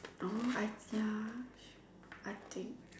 orh I ya I think